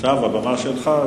עכשיו הבמה שלך.